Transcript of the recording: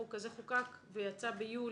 החוק הזה חוקק ויצא ביולי.